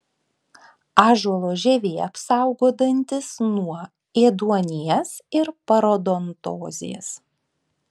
ąžuolo žievė apsaugo dantis nuo ėduonies ir parodontozės